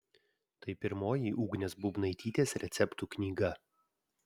tai pirmoji ugnės būbnaitytės receptų knyga